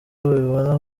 babibona